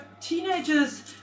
teenagers